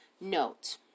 Note